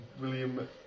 William